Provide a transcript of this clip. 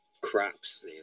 crops